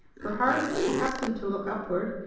her heart, accustomed to look upward,